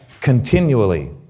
continually